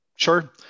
Sure